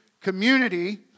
community